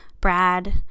Brad